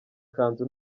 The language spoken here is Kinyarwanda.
kanzu